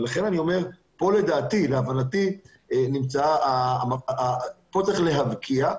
ולכן, להבנתי, פה צריך להבקיע.